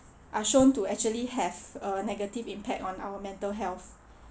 are shown to actually have uh negative impact on our mental health